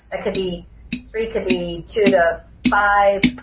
it could be three could be two to five,